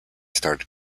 started